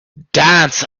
dance